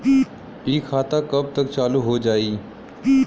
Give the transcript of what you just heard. इ खाता कब तक चालू हो जाई?